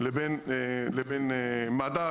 לבין מד"א,